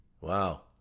Wow